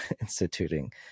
instituting